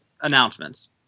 announcements